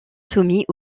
soumis